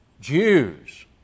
Jews